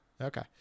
Okay